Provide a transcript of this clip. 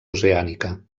oceànica